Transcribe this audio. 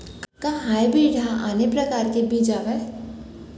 का हाइब्रिड हा आने परकार के बीज आवय?